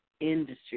industry